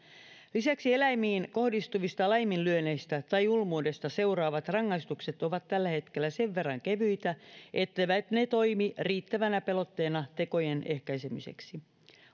lisäksi eläimiin kohdistuvista laiminlyönneistä tai julmuudesta seuraavat rangaistukset ovat tällä hetkellä sen verran kevyitä etteivät ne toimi riittävänä pelotteena tekojen ehkäisemiseksi